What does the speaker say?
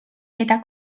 eta